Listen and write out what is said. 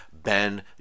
Ben